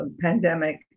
pandemic